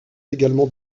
également